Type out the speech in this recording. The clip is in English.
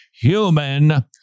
human